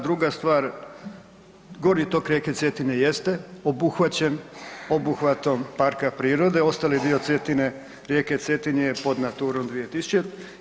Druga stvar, gornji tok rijeke Cetine jeste obuhvaćen obuhvatom parka prirode, ostali dio Cetine, rijeke Cetine je pod Naturom 2000.